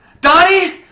Donnie